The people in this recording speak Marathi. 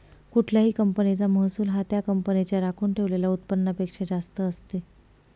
कुठल्याही कंपनीचा महसूल हा त्या कंपनीच्या राखून ठेवलेल्या उत्पन्नापेक्षा जास्त असते